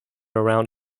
around